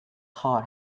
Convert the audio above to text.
hard